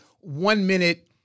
one-minute